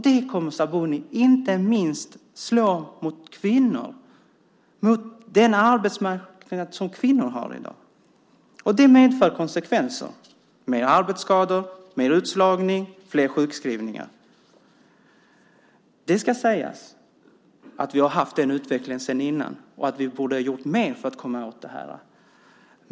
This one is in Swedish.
Det kommer, Sabuni, inte minst att slå emot kvinnor och den arbetsmarknad som kvinnor har i dag. Det medför konsekvenser med arbetsskador, mer utslagning och fler sjukskrivningar. Det ska sägas att vi har haft den utvecklingen redan tidigare och att vi borde ha gjort mer för att komma åt det här.